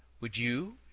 would you